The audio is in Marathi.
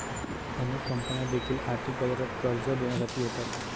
अनेक कंपन्या देखील आर्थिक बाजारात कर्ज देण्यासाठी येतात